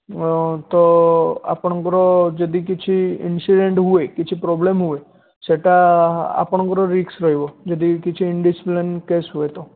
ତ ଆପଣଙ୍କର ଯଦି କିଛି ଇନ୍ସିଡେଣ୍ଟ୍ ହୁଏ କିଛି ପ୍ରୋବ୍ଲେମ୍ ହୁଏ ସେଇଟା ଆପଣଙ୍କର ରିସ୍କ୍ ରହିବ ଯଦି କିଛି ଇନ୍ଡ଼ିସିପ୍ଲିନ୍ କେସ୍ ହୁଏ ତ